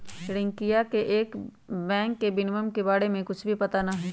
रियंकवा के बैंक विनियमन के बारे में कुछ भी पता ना हई